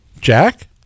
Jack